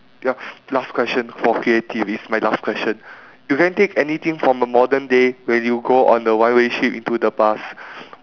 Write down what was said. ya last question for creative it's my last question if you can take anything from a modern day when you go on a one way trip into the past